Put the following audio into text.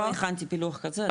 לא הכנתי פילוח כזה.